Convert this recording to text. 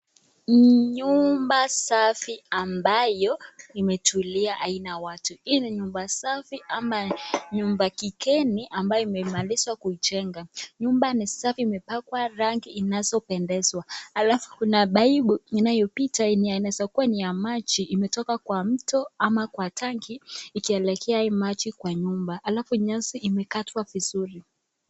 Nyimba safi ambayo imetulia haina watu. Hii ni nyumba safi ama nyumba kigeni ambayo imemalizwa kujengwa. Nyumba no safi imepakwa rangi inazopendezwa. Halafu kuna paipu inayopita yenye inayoweza kuwa ni ya maji imetoka kwa mto au tanki ikielekea hii maji kwa nyumba. Halafu nyasi imekatwa vizuri.